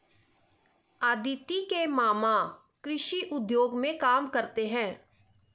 अदिति के मामा कृषि उद्योग में काम करते हैं